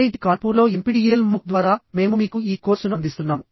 IIT కాన్పూర్లో NPTEL MOOC ద్వారా మేము మీకు ఈ కోర్సును అందిస్తున్నాము